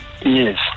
Yes